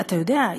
אתה יודע,